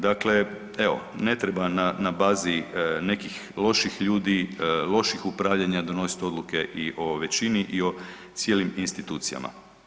Dakle, evo ne treba na bazi nekih loših ljudi, loših upravljanja donositi odluke i o većini i o cijelim institucijama.